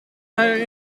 hij